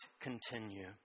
continue